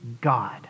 God